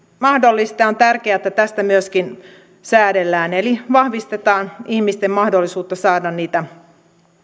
mahdollista on tärkeää että tästä myöskin säädellään eli vahvistetaan ihmisten mahdollisuutta saada niitä